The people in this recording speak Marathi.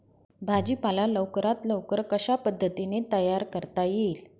भाजी पाला लवकरात लवकर कशा पद्धतीने तयार करता येईल?